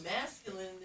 masculine